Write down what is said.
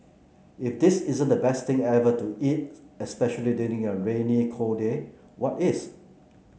if this isn't the best thing ever to eat especially during a rainy cold day what is